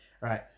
Right